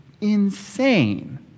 insane